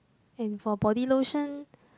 and for body lotion